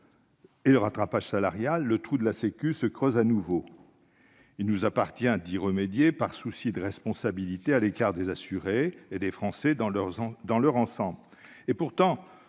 et le rattrapage salarial, le « trou de la sécu » se creuse à nouveau. Il nous appartient de remédier à cette situation, par souci de responsabilité à l'égard des assurés et des Français dans leur ensemble. Pourtant,